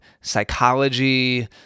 psychology